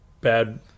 bad